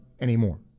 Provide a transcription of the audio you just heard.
anymore